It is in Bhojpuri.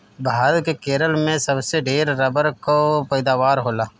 भारत के केरल में सबसे ढेर रबड़ कअ पैदावार होला